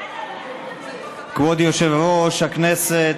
כבוד יושב-ראש הישיבה,